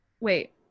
Wait